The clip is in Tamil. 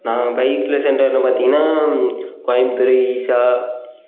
நாங்கள் பைக்கில் சென்ற இடம் பார்த்தீங்கன்னா கோயமுத்தூர் ஈஷா